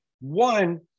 One